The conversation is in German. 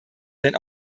denn